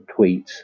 tweets